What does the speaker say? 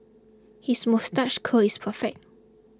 his moustache curl is perfect